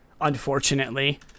unfortunately